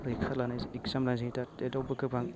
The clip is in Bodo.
फरिखा लानाय एक्जाम लानाय जायो दा टेटावबो गोबां